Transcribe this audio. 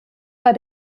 war